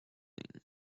thing